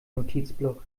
notizblock